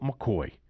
McCoy